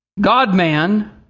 God-man